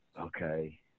Okay